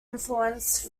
influence